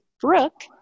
Brooke